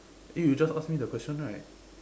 eh you just asked me the question right